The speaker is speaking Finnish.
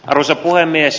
arvoisa puhemies